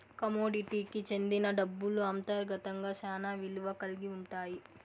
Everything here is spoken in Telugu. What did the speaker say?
కమోడిటీకి సెందిన డబ్బులు అంతర్గతంగా శ్యానా విలువ కల్గి ఉంటాయి